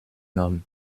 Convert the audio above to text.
homme